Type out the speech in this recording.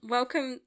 Welcome